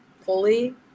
fully